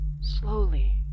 Slowly